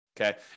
okay